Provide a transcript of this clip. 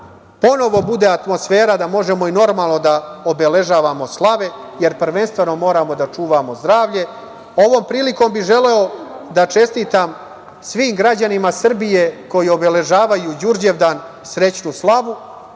ponovo bude atmosfera da možemo normalno da obeležavamo slave, jer prvenstveno moramo da čuvamo zdravlje. Ovom prilikom bih želeo da čestitam svim građanima Srbije koji obeležavaju Đurđevdan srećnu slavu,